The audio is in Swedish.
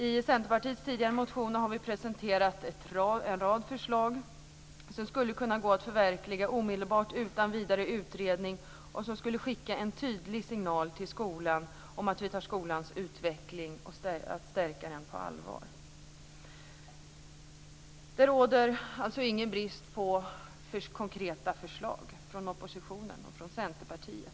I Centerpartiets tidigare motioner har vi presenterat en rad förslag som skulle kunna gå att förverkliga omedelbart utan vidare utredning och som skulle skicka en tydlig signal till skolan om att vi tar skolans utveckling och talet om att stärka den på allvar. Det råder alltså ingen brist på konkreta förslag från oppositionen och från Centerpartiet.